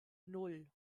nan